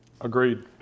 Agreed